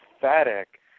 pathetic